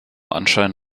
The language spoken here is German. anschein